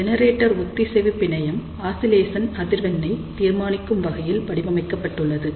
generator ஒத்திசைவு பிணையம் oscillation அதிர்வெண்ணை தீர்மானிக்கும் வகையில் வடிவமைக்கப்பட்டுள்ளது